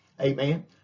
Amen